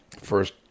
first